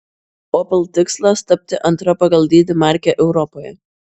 opel tikslas tapti antra pagal dydį marke europoje